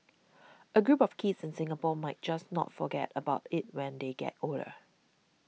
a group of kids in Singapore might just not forget about it when they get older